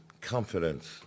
confidence